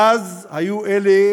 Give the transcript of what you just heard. מאז היו אלה